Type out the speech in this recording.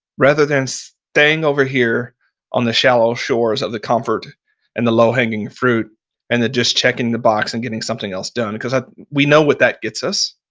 rather than staying over here on the shallow shores of the comfort and the low-hanging fruit and the just checking the box and getting something else done because we know what that gets us.